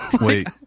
Wait